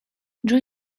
joy